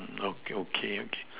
okay okay